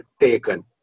taken